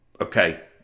okay